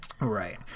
right